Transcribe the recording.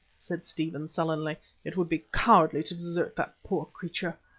said stephen sullenly it would be cowardly to that poor creature.